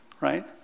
right